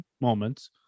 moments